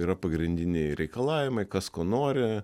yra pagrindiniai reikalavimai kas ko nori